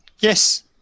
Yes